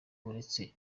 uretse